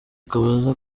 kabuza